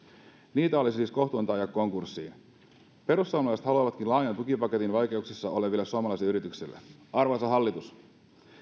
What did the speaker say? niitä olisi siis kohtuutonta ajaa konkurssiin perussuomalaiset haluavatkin laajan tukipaketin vaikeuksissa oleville suomalaisille yrityksille arvoisa hallitus